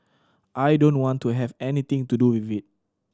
I don't want to have anything to do with it